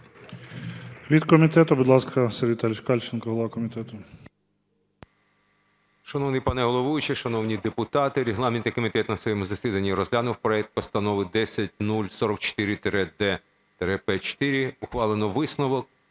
Від комітету, будь ласка, Сергій Віталійович Кальченко, голова комітету.